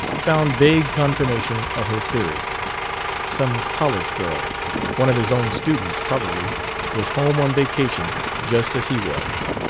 found vague confirmation of her theory some college girl one of his own students, probably was home on vacation just as he was.